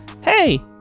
Hey